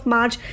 March